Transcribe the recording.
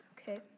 Okay